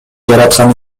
жараткан